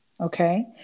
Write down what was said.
Okay